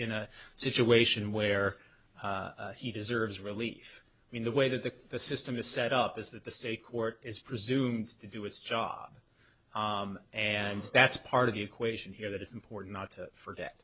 in a situation where he deserves relief in the way that the system is set up is that the state court is presumed to do its job and that's part of the equation here that it's important not to forget